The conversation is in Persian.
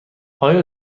آیا